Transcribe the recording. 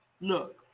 look